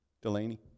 Delaney